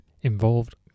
involved